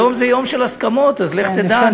היום זה יום של הסכמות אז לך תדע,